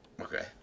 Okay